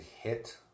hit